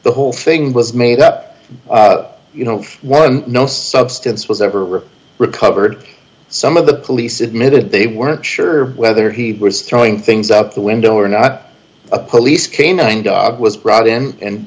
the whole thing was made up you know one no substance was ever recovered some of the police admitted they weren't sure whether he was throwing things up the window or not a police canine dog was brought in and